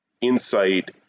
insight